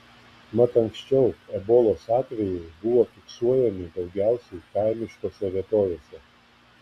mat anksčiau ebolos atvejai buvo fiksuojami daugiausiai kaimiškose vietovėse